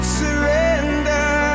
surrender